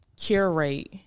curate